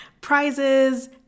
prizes